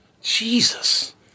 Jesus